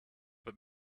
but